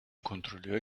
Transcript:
kontrolleur